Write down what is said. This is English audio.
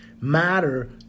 matter